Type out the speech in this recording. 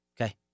Okay